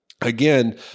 again